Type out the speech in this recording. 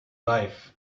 life